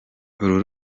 uru